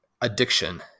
addiction